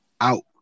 out